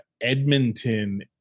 edmonton